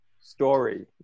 story